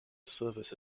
service